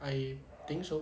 I think so